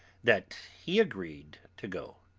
that he agreed to go.